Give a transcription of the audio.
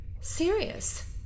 serious